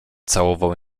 całował